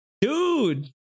Dude